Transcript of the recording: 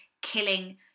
killing